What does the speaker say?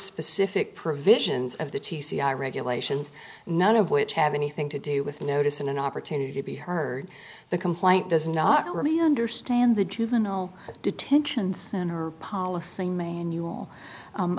specific provisions of the t t c i regulations none of which have anything to do with a notice in an opportunity to be heard the complaint does not really understand the juvenile detention center policy manual